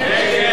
מי נמנע?